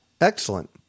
Excellent